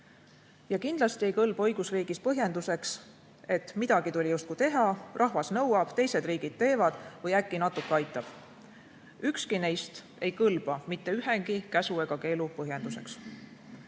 Kindlasti ei kõlba õigusriigis põhjenduseks, et midagi tuli justkui teha, rahvas nõuab, teised riigid teevad või äkki natuke aitab. Ükski neist ei kõlba mitte ühegi käsu ega keelu põhjenduseks.